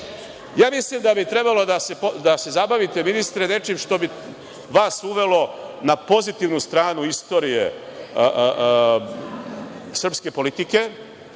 da bi trebalo da se zabavite, ministre, nečim što bi vas uvelo na pozitivnu stranu istorije srpske politike,